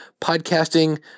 Podcasting